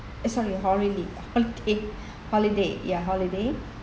eh sorry ah holiday holiday holiday ya holiday